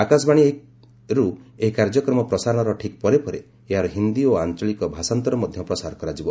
ଆକାଶବାଣୀରୁ ଏହି କାର୍ଯ୍ୟକ୍ରମ ପ୍ରସାରଣର ଠିକ୍ ପରେ ପରେ ଏହାର ହିନ୍ଦି ଓ ଆଞ୍ଚଳିକ ଭାଷାନ୍ତର ମଧ୍ୟ ପ୍ରସାର କରାଯିବ